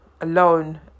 alone